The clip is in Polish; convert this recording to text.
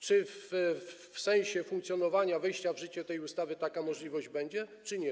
Czy w sensie funkcjonowania, wejścia w życie tej ustawy taka możliwość będzie, czy nie?